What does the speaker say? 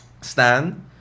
stan